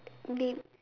name